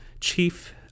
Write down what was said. chief